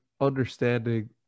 understanding